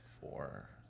four